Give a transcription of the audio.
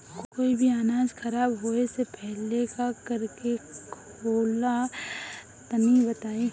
कोई भी अनाज खराब होए से पहले का करेके होला तनी बताई?